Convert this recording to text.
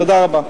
תודה רבה.